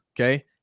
okay